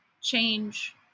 change